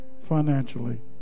financially